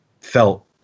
felt